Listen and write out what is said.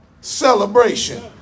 celebration